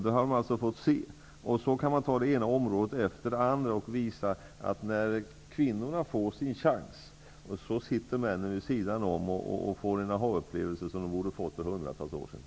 Det går att på det ena området efter det andra visa att när kvinnorna får sin chans får männen sitta vid sidan om och uppleva aha-känslor -- något som de borde ha fått för hundratals år sedan.